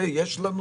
זה יש לנו?